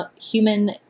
human